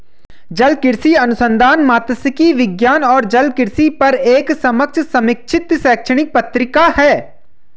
जलकृषि अनुसंधान मात्स्यिकी विज्ञान और जलकृषि पर एक समकक्ष समीक्षित शैक्षणिक पत्रिका है